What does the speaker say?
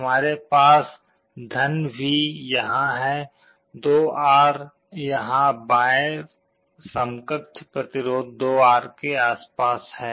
मेरे पास V यहाँ है 2R यहाँ बाएँ समकक्ष प्रतिरोध 2R के आसपास है